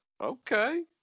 okay